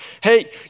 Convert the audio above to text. hey